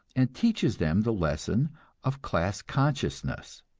and teaches them the lesson of class consciousness.